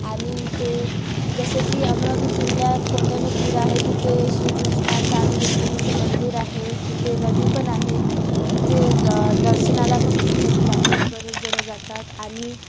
आणि इथे जसं की अमरावती जिल्ह्यात कौंढींण्यपुर आहे तिथे श्रीकृष्णाचा आणि रुख्मिणीचं मंदिर आहे तिथे नदी पण आहे तिथे दर्शनाला पण खूप जणं जातात बरेच जणं जातात आणि